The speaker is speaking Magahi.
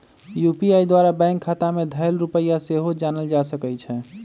यू.पी.आई द्वारा बैंक खता में धएल रुपइया सेहो जानल जा सकइ छै